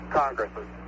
congresses